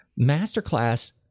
Masterclass